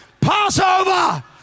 Passover